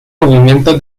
movimiento